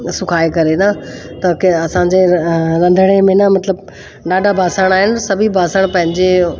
सुकाए करे न त के असांजे रंधिणे में न मतिलबु ॾाढा बासण आइन सभी बासण पंहिंजे